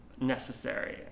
necessary